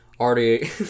Already